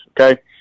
okay